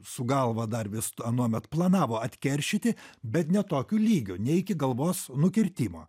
su galva dar vis anuomet planavo atkeršyti bet ne tokiu lygiu ne iki galvos nukirtimo